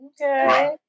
Okay